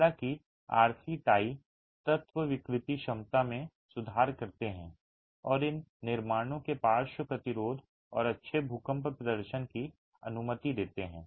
हालांकि RC tie तत्व विकृति क्षमता में सुधार करते हैं और इन निर्माणों के पार्श्व प्रतिरोध और अच्छे भूकंप प्रदर्शन की अनुमति देते हैं